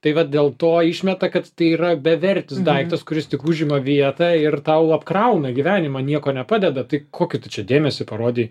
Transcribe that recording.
tai vat dėl to išmeta kad tai yra bevertis daiktas kuris tik užima vietą ir tau apkrauna gyvenimą nieko nepadeda tai kokį tu čia dėmesį parodei